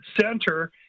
center